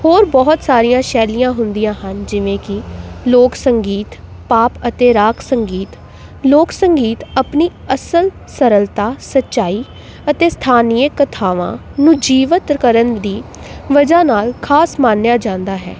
ਹੋਰ ਬਹੁਤ ਸਾਰੀਆਂ ਸ਼ੈਲੀਆਂ ਹੁੰਦੀਆਂ ਹਨ ਜਿਵੇਂ ਕਿ ਲੋਕ ਸੰਗੀਤ ਪਾਪ ਅਤੇ ਰਾਕ ਸੰਗੀਤ ਲੋਕ ਸੰਗੀਤ ਆਪਣੀ ਅਸਲ ਸਰਲਤਾ ਸੱਚਾਈ ਅਤੇ ਸਥਾਨੀ ਕਥਾਵਾਂ ਨੂੰ ਜੀਵਤ ਕਰਨ ਦੀ ਵਜ੍ਹਾ ਨਾਲ ਖ਼ਾਸ ਮਾਨਿਆ ਜਾਂਦਾ ਹੈ